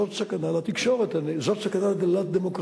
זאת סכנה לתקשורת, זאת סכנה לדמוקרטיה.